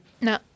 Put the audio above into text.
No